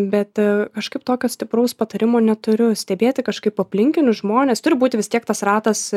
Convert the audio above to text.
bet kažkaip tokio stipraus patarimo neturiu stebėti kažkaip aplinkinius žmones turi būti vis tiek tas ratas